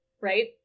right